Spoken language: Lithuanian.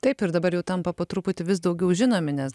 taip ir dabar jau tampa po truputį vis daugiau žinomi nes